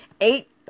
eight